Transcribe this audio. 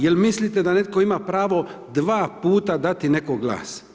Je li mislite da netko ima pravo dva puta dati neko glas?